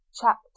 Chapter